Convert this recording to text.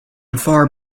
far